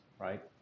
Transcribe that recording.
right